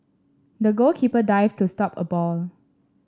the goalkeeper dived to stop a ball